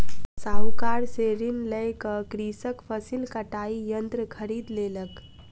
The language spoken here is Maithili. साहूकार से ऋण लय क कृषक फसिल कटाई यंत्र खरीद लेलक